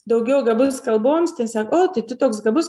daugiau gabus kalboms tiesiog o tai toks gabus